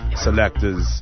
selectors